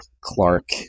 Clark